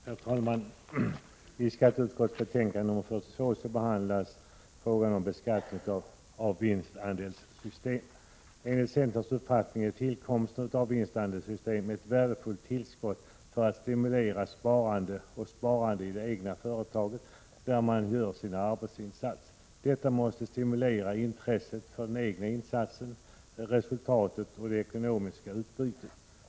Herr talman! I skatteutskottets betänkande 42 behandlas frågan om beskattning av vinstandelssystem. Enligt centerns uppfattning innebär tillkomsten av vinstandelssystem ett värdefullt tillskott för att stimulera sparande i företaget där man gör sina arbetsinsatser. Detta måste stimulera intresset för den egna arbetsinsatsen, resultatet och det ekonomiska utbytet.